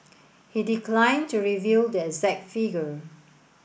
he declined to reveal the exact figure